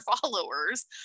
followers